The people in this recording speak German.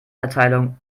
verteilung